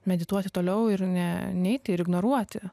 medituoti toliau ir ne neiti ir ignoruoti